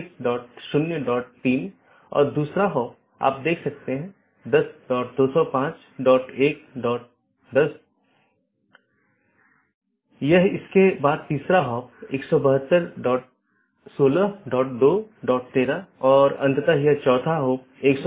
यह feature BGP साथियों को एक ही विज्ञापन में कई सन्निहित रूटिंग प्रविष्टियों को समेकित करने की अनुमति देता है और यह BGP की स्केलेबिलिटी को बड़े नेटवर्क तक बढ़ाता है